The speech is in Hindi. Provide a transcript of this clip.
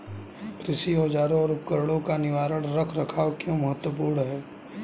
कृषि औजारों और उपकरणों का निवारक रख रखाव क्यों महत्वपूर्ण है?